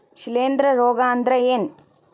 ಶಿಲೇಂಧ್ರ ರೋಗಾ ಅಂದ್ರ ಏನ್?